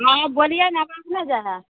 नही बोलिए ने आवाज ने जाइ हइ